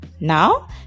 Now